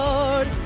Lord